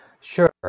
Sure